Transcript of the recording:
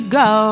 go